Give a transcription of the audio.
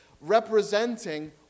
representing